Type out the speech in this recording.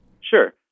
Sure